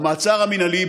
המעצר המינהלי,